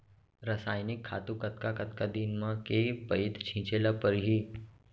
रसायनिक खातू कतका कतका दिन म, के पइत छिंचे ल परहि?